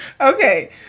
Okay